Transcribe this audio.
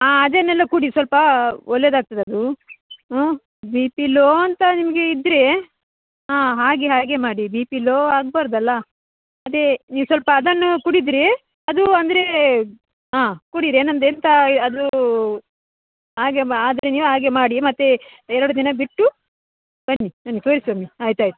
ಹಾಂ ಅದನ್ನೆಲ್ಲ ಕುಡಿರಿ ಸ್ವಲ್ಪ ಒಳ್ಳೆದಾಗ್ತದೆ ಅದು ಹ್ಞ ಬಿ ಪಿ ಲೋ ಅಂತ ನಿಮಗೆ ಇದ್ದರೆ ಹಾಂ ಹಾಗೆ ಹಾಗೆ ಮಾಡಿ ಬಿ ಪಿ ಲೋ ಆಗ್ಬಾರ್ದು ಅಲ್ವ ಅದೆ ನೀವು ಸ್ವಲ್ಪ ಅದನ್ನು ಕುಡಿದರೆ ಅದು ಅಂದರೆ ಹಾಂ ಕುಡಿಯಿರಿ ಏನಂದರೆ ಎಂಥ ಅದು ಹಾಗೆ ಮ ಆದರೆ ನೀವು ಹಾಗೆ ಮಾಡಿ ಮತ್ತೆ ಎರಡು ದಿನ ಬಿಟ್ಟು ಬನ್ನಿ ನನಗೆ ತೋರಿಸಿ ಹೋಗಿ ಆಯ್ತು ಆಯ್ತು